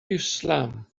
islam